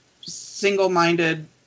single-minded